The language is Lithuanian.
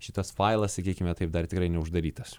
šitas failas sakykime taip dar tikrai neuždarytas